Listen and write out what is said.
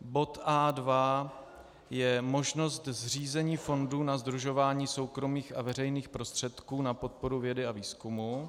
Bod A2 je možnost zřízení fondů na sdružování soukromých a veřejných prostředků na podporu vědy a výzkumu.